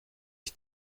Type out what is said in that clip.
ich